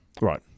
Right